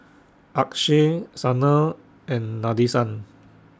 Akshay Sanal and Nadesan